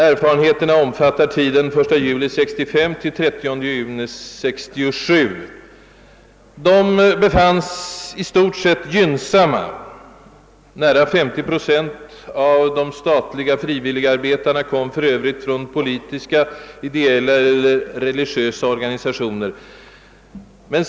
Erfarenheterna, som omfattar tiden 1 juli 1965—30 juni 1967, befanns i stort sett gynnsamma. Nära 50 procent av de statliga frivilligarbetarna kom från politiska, ideella eller religiösa organisationer.